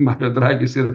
mario dragis ir